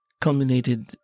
culminated